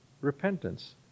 repentance